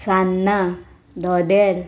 सान्नां धोदेल